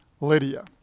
Lydia